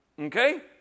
Okay